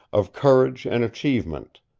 of courage and achievement,